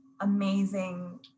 amazing